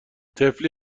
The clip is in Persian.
طفلی